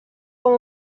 com